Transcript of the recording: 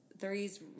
threes